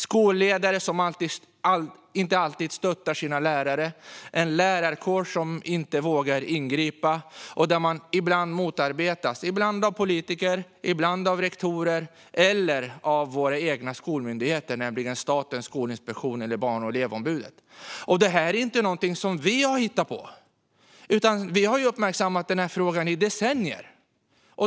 Det handlar om skolledare som inte alltid stöttar sina lärare, en lärarkår som inte vågar ingripa och som ibland motarbetas, ibland av politiker, ibland av rektorer eller av våra egna skolmyndigheter som statliga Skolinspektionen eller Barn och elevombudet. Det är ingenting som vi har hittat på. Vi har uppmärksammat den här frågan i decennier.